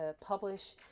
publish